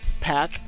pack